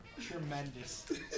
Tremendous